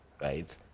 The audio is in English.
Right